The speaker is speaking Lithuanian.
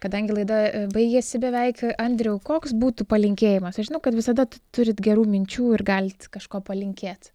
kadangi laida baigiasi beveik andriau koks būtų palinkėjimas aš žinau kad visada turit gerų minčių ir galit kažko palinkėt